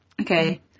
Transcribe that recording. Okay